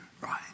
right